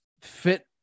fit